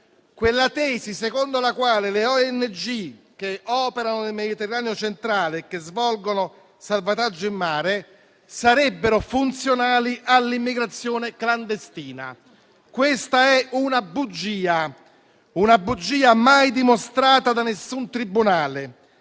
quella tesi secondo la quale le ONG che operano nel Mediterraneo centrale e che svolgono salvataggio in mare sarebbero funzionali all'immigrazione clandestina. Questa è una bugia, una tesi mai dimostrata da nessun tribunale